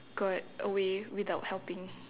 got away without helping